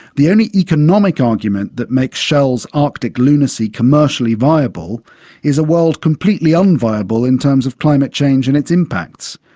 the only economic argument that makes shell's arctic lunacy commercially viable is a world completely unviable in terms of climate change and its impacts.